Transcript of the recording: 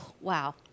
wow